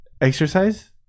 exercise